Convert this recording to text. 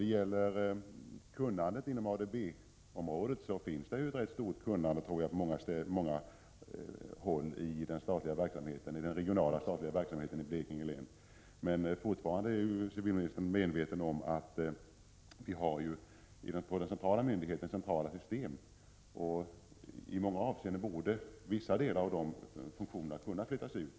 Beträffande kunnandet inom ADB-området vill jag framhålla att det är ganska stort på många håll inom den regionala statliga verksamheten i Blekinge län. Civilministern bör dock vara medveten om att den centrala myndigheten fortfarande har hand om centrala system. I många avseenden borde en del av de funktionerna kunna decentraliseras.